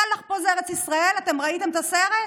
"סאלח פה זה ארץ ישראל", ראיתם את הסרט?